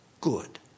good